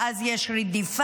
ואז יש רדיפה,